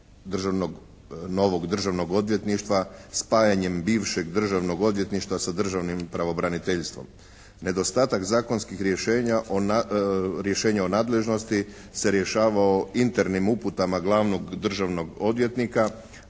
novog državnog odvjetništva spajanjem bivšeg državnog odvjetništva sa državnim pravobraniteljstvom. Nedostatak zakonskih rješenja o nadležnosti se rješavao internim uputama glavnog državnog odvjetnika